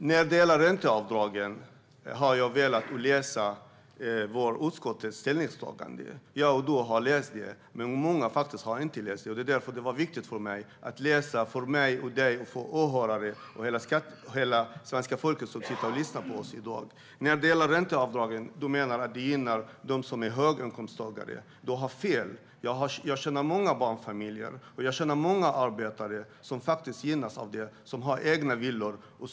Fru talman! Jag ville läsa utskottets ställningstagande när det gäller ränteavdragen eftersom många inte har läst det, även om du har gjort det, Daniel Sestrajcic. Det var därför viktigt för mig att läsa det för åhörarna och hela svenska folket som lyssnar på oss i dag. Du menar att ränteavdragen gynnar dem som är höginkomsttagare. Du har fel. Jag känner många barnfamiljer och arbetare som har egna villor och som faktiskt gynnas av ränteavdragen.